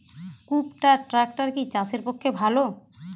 কুবটার ট্রাকটার কি চাষের পক্ষে ভালো?